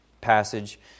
passage